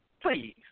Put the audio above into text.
please